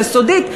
יסודית,